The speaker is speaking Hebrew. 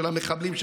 המחבלים,